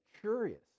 curious